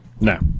No